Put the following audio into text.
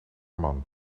man